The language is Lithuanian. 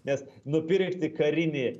nes nupirkti karinį